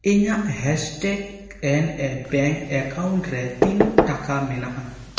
ᱤᱧᱟᱹᱜ ᱦᱮᱡᱽᱴᱮᱠ ᱮᱱ ᱮᱹ ᱵᱮᱝᱠ ᱮᱠᱟᱣᱩᱱᱴ ᱨᱮ ᱛᱤᱱᱟᱹᱜ ᱴᱟᱠᱟ ᱢᱮᱱᱟᱜᱼᱟ